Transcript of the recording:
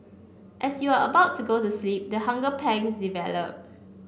as you are about to go to sleep the hunger pangs develop